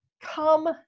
come